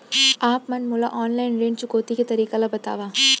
आप मन मोला ऑनलाइन ऋण चुकौती के तरीका ल बतावव?